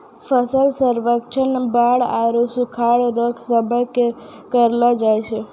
फसल सर्वेक्षण बाढ़ आरु सुखाढ़ रो समय करलो जाय छै